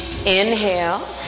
Inhale